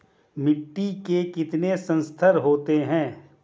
मिट्टी के कितने संस्तर होते हैं?